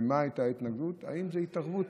ועל מה הייתה ההתנגדות האם זה התערבות,